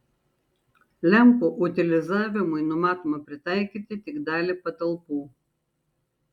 lempų utilizavimui numatoma pritaikyti tik dalį patalpų